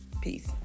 Peace